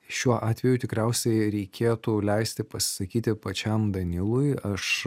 šiuo atveju tikriausiai reikėtų leisti pasisakyti pačiam danilui aš